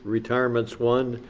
retirements, one.